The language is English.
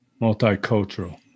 multicultural